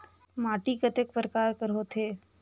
माटी कतेक परकार कर होथे?